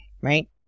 right